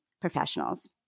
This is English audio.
professionals